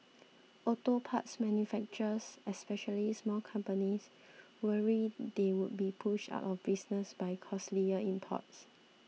auto parts manufacturers especially small companies worry they would be pushed out of business by costlier imports